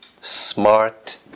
smart